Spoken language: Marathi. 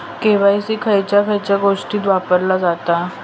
के.वाय.सी खयच्या खयच्या गोष्टीत वापरला जाता?